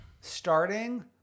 Starting